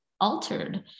altered